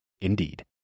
Indeed